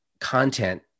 content